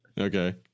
Okay